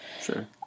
Sure